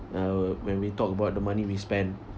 uh when we talk about the money we spend